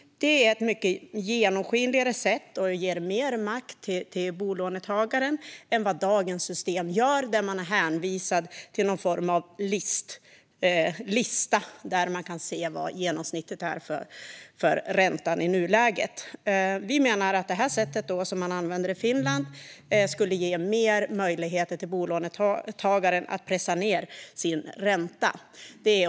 Det är ett mycket genomskinligare sätt som ger bolånetagaren mer makt än dagens system i Sverige gör. Här är bolånetagaren hänvisad till någon form av lista för att se vad den genomsnittliga räntan är i nuläget. Vi menar att det sätt som man använder i Finland ger bolånetagaren större möjligheter att pressa ned sin ränta.